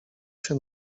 się